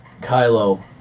Kylo